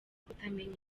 kutamenya